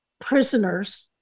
prisoners